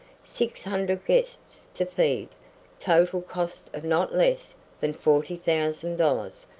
six hundred guests to feed total cost of not less than forty thousand dollars,